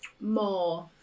more